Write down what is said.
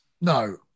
no